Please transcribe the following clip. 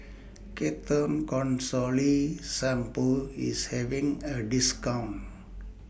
Ketoconazole Shampoo IS having A discount